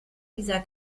dieser